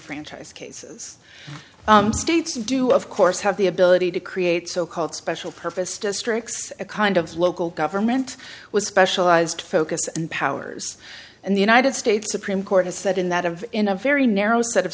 franchise cases states do of course have the ability to create so called special purpose districts a kind of local government was specialized focus and powers and the united states supreme court has said in that of in a very narrow set of